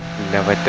never